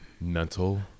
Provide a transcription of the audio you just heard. mental